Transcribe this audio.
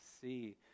see